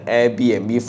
Airbnb